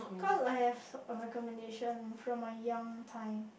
cause I have a recommendation from my young time